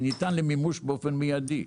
זה ניתן למימוש באופן מידי.